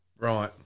Right